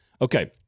Okay